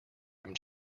him